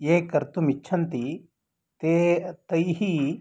ये कर्तुम् इच्छन्ति ते तैः